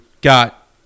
got